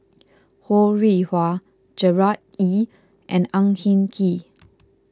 Ho Rih Hwa Gerard Ee and Ang Hin Kee